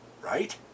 right